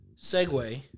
segue